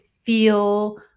feel